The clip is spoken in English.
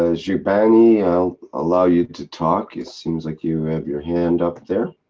ah jubani, i'll allow you to talk. it seems like you have your hand up there,